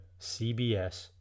CBS